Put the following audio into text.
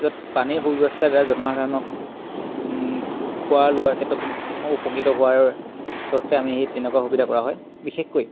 য'ত পানীৰ সুব্যৱস্থা বেয়া জনসাধাৰণক খোৱা লোৱাৰ ক্ষেত্ৰত উপকৃত হোৱাৰ স্ৱত্তে আমি সেই তেনেকুৱা সুবিধা কৰা হয় বিশেষকৈ